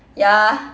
ya